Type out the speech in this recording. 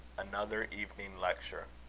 another evening lecture.